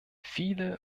viele